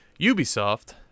Ubisoft